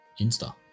Insta